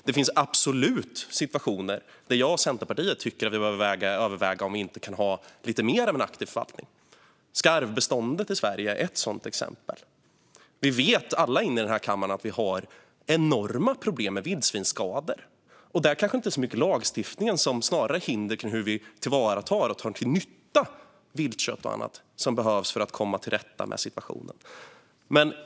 Det finns absolut situationer då jag och Centerpartiet tycker att vi behöver överväga om vi inte kan ha lite mer aktiv förvaltning. Skarvbeståndet i Sverige är ett sådant exempel. Alla i denna kammare vet att vi har enorma problem med vildsvinsskador. Där kanske det inte är lagstiftning som behövs. Det är snarare hinder kring hur viltkött ska tillvaratas som man behöver ta itu med för att komma till rätta med situationen.